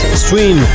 stream